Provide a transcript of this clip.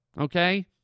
Okay